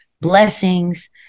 blessings